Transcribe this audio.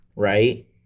Right